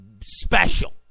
special